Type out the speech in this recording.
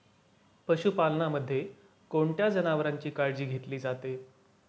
पशुपालनामध्ये कोणत्या जनावरांची काळजी घेतली जाते?